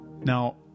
Now